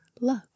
love